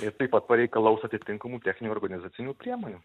ir taip pat pareikalaus atitinkamų techninių organizacinių priemonių